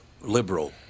liberal